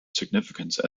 significance